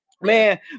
Man